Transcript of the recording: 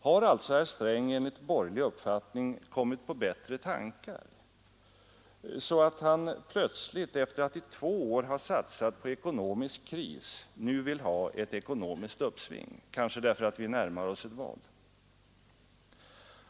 Har alltså herr Sträng enligt borgerlig uppfattning kommit på bättre tankar så att han plötsligt, efter att i två år ha satsat på ekonomisk kris, nu vill ha ett ekonomiskt uppsving — kanske därför att vi närmar oss ett val?